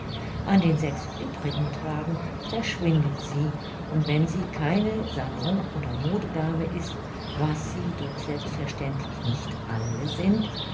an den sechs übrigen tagen verschwindet sie und wenn sie keine salon oder modedame ist was sie doch selbstverständlich nicht alle sind